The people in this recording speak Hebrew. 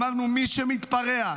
אמרנו: מי שמתפרע,